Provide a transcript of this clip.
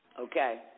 Okay